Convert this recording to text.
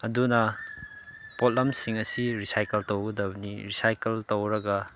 ꯑꯗꯨꯅ ꯄꯣꯠꯂꯝꯁꯤꯡ ꯑꯁꯤ ꯔꯤꯁꯥꯏꯀꯜ ꯇꯧꯒꯗꯕꯅꯤ ꯔꯤꯁꯥꯏꯀꯜ ꯇꯧꯔꯒ